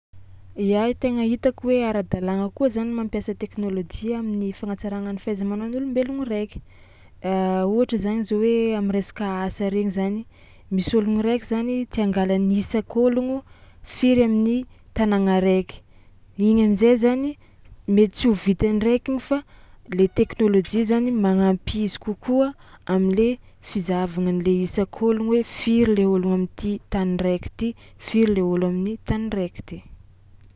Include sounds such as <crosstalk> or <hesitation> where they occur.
Ia tegna hitako hoe ara-dalàgna koa zany mampiasa teknôlôjia amin'ny fagnatsaragna ny fahaiza-manao ny olombelogno raiky <hesitation> ohatra zany zao hoe am'resaka asa regny zany misy ôlogno raiky zany tia hangala ny isak'ôlogno firy amin'ny tanàgna raiky, igny am'zay zany mety tsy ho vita ndraiky igny fa le teknôlôjia zany magnampy izy kokoa am'le fizahavagna an'le isak'ôlogno hoe firy le ologno am'ty tany raiky ty, firy le ôlo amin'ny tany raiky ty.